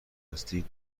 هستی